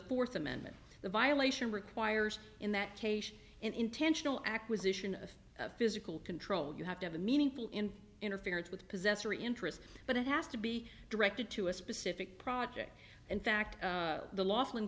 fourth amendment the violation requires in that case an intentional acquisition of physical control you have to have a meaningful in interference with possessory interest but it has to be directed to a specific project in fact the l